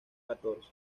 catorce